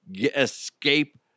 escape